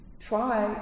try